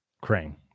Crane